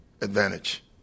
advantage